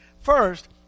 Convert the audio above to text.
First